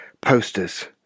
posters